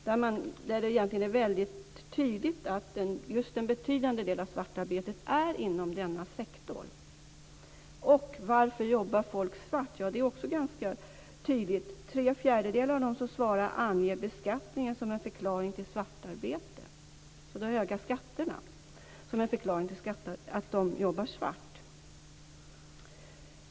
Där är det egentligen väldigt tydligt att en betydande del av svartarbetet sker just inom denna sektor. Varför jobbar då folk svart? Det är också ganska tydligt. Tre fjärdedelar av dem som svarar anger beskattningen som en förklaring till svartarbete, alltså att de höga skatterna är en förklaring till att de jobbar svart.